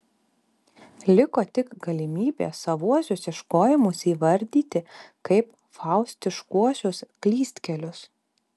liko tik galimybė savuosius ieškojimus įvardyti kaip faustiškuosius klystkelius